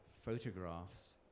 photographs